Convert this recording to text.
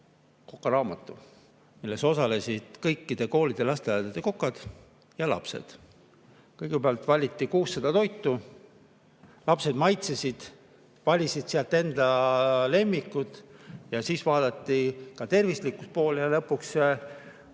kokaraamatu, milles osalesid kõikide koolide ja lasteaedade kokad ja lapsed. Kõigepealt valiti 600 toitu. Lapsed maitsesid neid ja valisid sealt enda lemmikud ning siis vaadati ka tervislikkuse poolt. Lõpuks